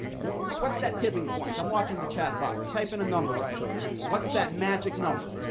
what's that tipping point i'm watching the chat box, type in a number right over here. what's that magic number.